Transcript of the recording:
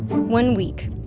one week,